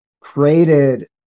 created